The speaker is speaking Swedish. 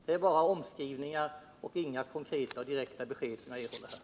Det är bara omskrivningar och inga konkreta besked som jag nu har fått.